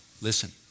Listen